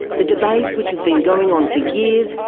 the debate, which has been going on for years,